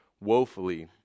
woefully